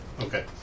okay